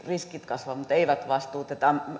riskit kasvavat mutta eivät vastuut